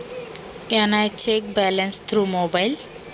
मी मोबाइलद्वारे शिल्लक तपासू शकते का?